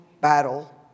battle